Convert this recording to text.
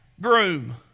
groom